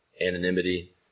anonymity